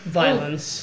violence